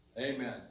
Amen